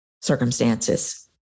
circumstances